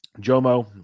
Jomo